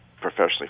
professionally